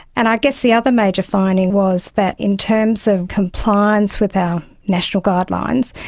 and i guess the other major finding was that in terms of compliance with our national guidelines,